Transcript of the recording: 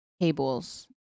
tables